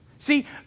See